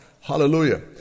Hallelujah